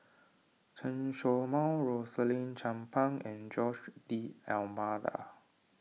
Chen Show Mao Rosaline Chan Pang and Jose D'Almeida